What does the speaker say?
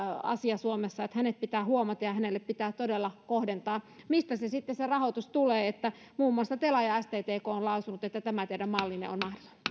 asia suomessa että hänet pitää huomata ja hänelle pitää todella kohdentaa mistä se rahoitus sitten tulee muun muassa tela ja sttk ovat lausuneet että tämä teidän mallinne on